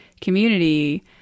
community